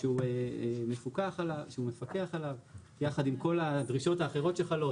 שהוא מפקח עליו יחד עם כל הדרישות האחרות שחלות,